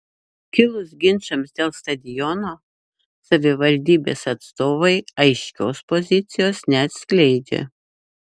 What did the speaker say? kilus ginčams dėl stadiono savivaldybės atstovai aiškios pozicijos neatskleidžia